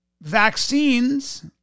vaccines